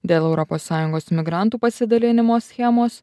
dėl europos sąjungos migrantų pasidalinimo schemos